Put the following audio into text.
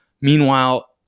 meanwhile